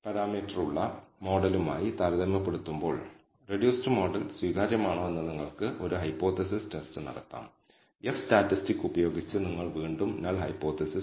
ഈ ചിഹ്നങ്ങൾക്കെല്ലാം മുകളിൽ ഈ ക്യാപ്പ് ഇടുന്നതിലൂടെ ഇവ എസ്റ്റിമേറ്റുകളാണെന്നും യഥാർത്ഥ മൂല്യങ്ങളല്ലെന്നും നമ്മൾ സൂചിപ്പിച്ചു അതായത് ഇത് ഒരു എസ്റ്റിമേറ്റ് ആണ് β̂₀ എന്നത് യഥാർത്ഥ β0 ന്റെ കണക്കാണ് β̂1 എന്നത് യഥാർത്ഥ β1 ന്റെ കണക്കാണ്